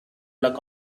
luck